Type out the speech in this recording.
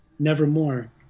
nevermore